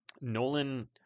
Nolan